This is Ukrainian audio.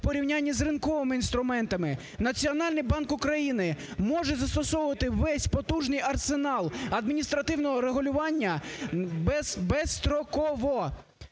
у порівнянні з ринковими інструментами Національний банк України може застосовувати весь потужний арсенал адміністративного регулювання безстроково,